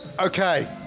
Okay